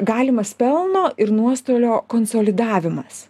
galimas pelno ir nuostolio konsolidavimas